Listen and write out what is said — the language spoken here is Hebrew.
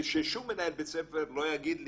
וששום מנהל בית ספר לא יגיד לי,